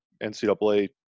NCAA